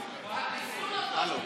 המסלול עוד לא גובש.